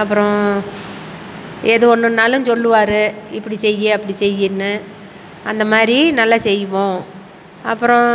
அப்புறம் எது ஒன்றுனாலும் சொல்லுவார் இப்படி செய் அப்படி செய்யின்னு அந்த மாதிரி நல்லா செய்வோம் அப்புறம்